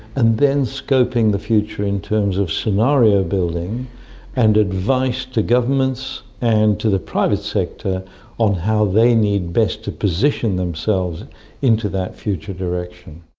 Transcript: and then scoping the future in terms of scenario building and advice to governments and to the private sector on how they need best to position themselves into that future direction.